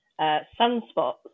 sunspots